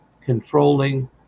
controlling